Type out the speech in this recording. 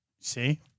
See